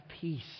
peace